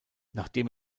nachdem